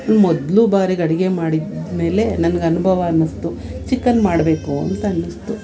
ಮೊದಲು ಬಾರಿಗೆ ಅಡುಗೆ ಮಾಡಿದ ಮೇಲೆ ನನ್ಗೆ ಅನುಭವ ಅನ್ನಿಸ್ತು ಚಿಕನ್ ಮಾಡಬೇಕು ಅಂತನ್ನಿಸ್ತು